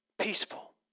peaceful